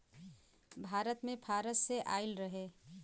भारत मे फारस से आइल रहे